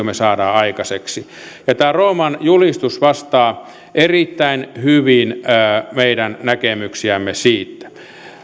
me saamme aikaiseksi ja tämä rooman julistus vastaa erittäin hyvin meidän näkemyksiämme siitä